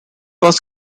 was